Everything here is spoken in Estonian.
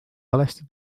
valesti